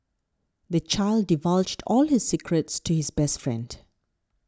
the child divulged all his secrets to his best friend